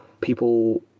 people